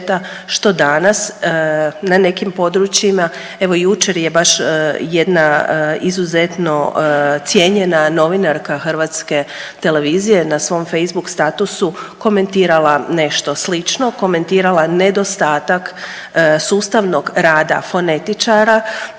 što danas na nekim područjima, evo jučer je baš jedna izuzetno cijenjena novinarka Hrvatske televizije na svom Facebook statusu komentirala nešto slično, komentirala nedostatak sustavnog rada fonetičara